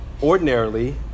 Ordinarily